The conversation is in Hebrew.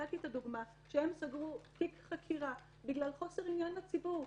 הבאתי את הדוגמה שהם סגרו תיק חקירה בגלל חוסר עניין לציבור,